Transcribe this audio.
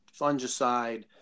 fungicide